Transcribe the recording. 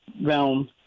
realm